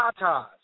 tatas